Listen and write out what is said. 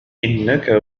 إنك